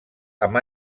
amb